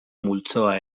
multzoa